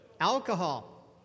Alcohol